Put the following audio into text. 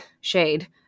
shade